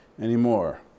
anymore